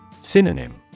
Synonym